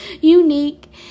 unique